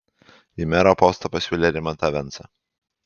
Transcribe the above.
į mero postą pasiūlė rimantą vensą